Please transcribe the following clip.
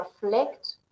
reflect